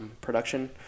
production